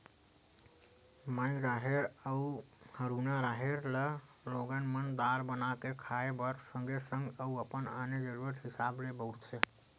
माई राहेर अउ हरूना राहेर ल लोगन मन दार बना के खाय बर सगे संग अउ अपन आने जरुरत हिसाब ले बउरथे